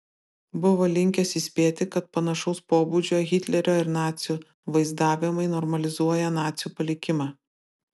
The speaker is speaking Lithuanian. buvo linkęs įspėti kad panašaus pobūdžio hitlerio ir nacių vaizdavimai normalizuoja nacių palikimą